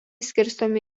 skirstomi